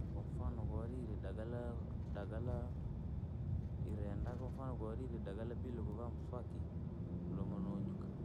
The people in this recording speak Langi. Kwamfano koowaniree dagalaa, dagalaa, irenda kwamfano kooiree dagala bila yoovaa mswakii, mlomoo noonykaa.